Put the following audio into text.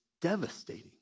devastating